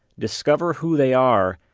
discover who they are,